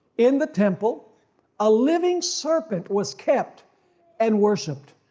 in the temple a living serpent was kept and worshipped.